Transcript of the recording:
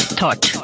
thought